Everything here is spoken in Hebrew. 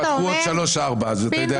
יפתחו עוד שלוש-ארבע, אתה יודע את זה.